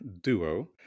duo